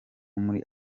muri